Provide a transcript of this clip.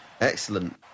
Excellent